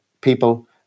people